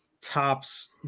tops